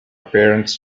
parents